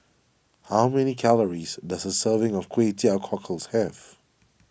how many calories does a serving of Kway Teow Cockles have